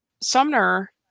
Sumner